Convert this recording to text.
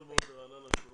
ברעננה.